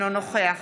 אינו נוכח